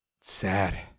sad